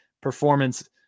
performance